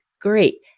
Great